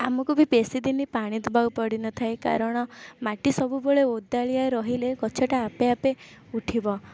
ଆମକୁ ବି ବେଶୀ ଦିନ ପାଣି ଦେବାକୁ ପଡ଼ିନଥାଏ କାରଣ ମାଟି ସବୁବେଳେ ଓଦାଳିଆ ରହିଲେ ଗଛଟା ଆପେ ଆପେ ଉଠିବ